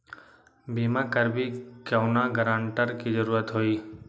बिमा करबी कैउनो गारंटर की जरूरत होई?